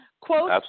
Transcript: quote